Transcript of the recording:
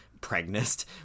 pregnant